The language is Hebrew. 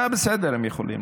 זה בסדר, הם יכולים